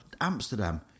Amsterdam